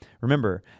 Remember